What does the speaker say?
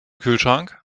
kühlschrank